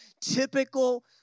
typical